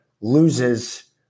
loses